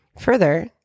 Further